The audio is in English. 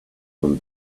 from